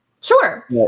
Sure